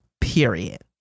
period